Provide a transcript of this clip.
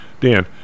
Dan